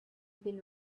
been